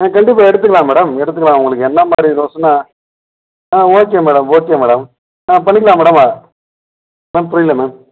ஆ கண்டிப்பாக எடுத்துக்கலாம் மேடம் எடுத்துக்கலாம் உங்களுக்கு என்ன மாதிரி ரோஸ்ஸுன்னா ஆ ஓகே மேடம் ஓகே மேடம் ஆ பண்ணிக்கலாம் மேடம் மேம் புரியலை மேம்